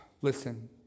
Listen